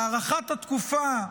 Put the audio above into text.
הארכת התקופה,